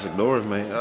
ignore it, mate!